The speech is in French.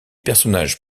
personnages